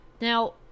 Now